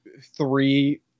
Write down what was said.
three